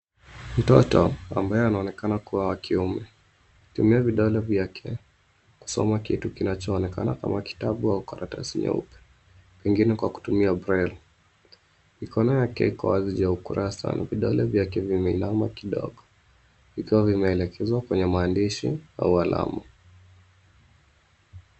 Mtoto ambaye anaonekana kuwa wa kiume anatumia vidole vyake kusoma kitu kinachoonekana kama kitabu au karatasi nyeupe pengine kwa kutumia breli. Mikono yake iko wazi juu ya ukurasa na vidole vyake vimeinama kidogo vikiwa vimeelekezwa kwenye maandishi au alama.